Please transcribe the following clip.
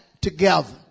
together